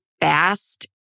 fast